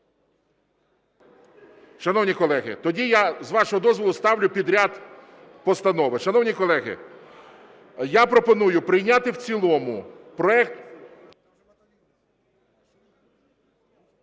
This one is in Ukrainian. Шановні колеги, тоді я, з вашого дозволу, ставлю підряд постанови. Шановні колеги, я пропоную прийняти в цілому проект…